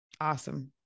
Awesome